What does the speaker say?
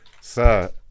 Sir